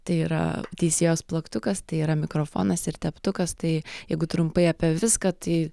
tai yra teisėjos plaktukas tai yra mikrofonas ir teptukas tai jeigu trumpai apie viską tai